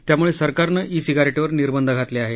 त्यामुळे सरकारने ई सिगारेटवर निर्बंध घातले आहेत